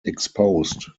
exposed